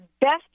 best